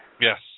Yes